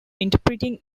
interpreting